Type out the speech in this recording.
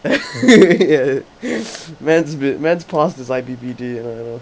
ya man's man's pass his I_P_P_T you know